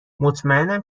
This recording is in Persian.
مطمئنم